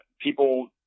People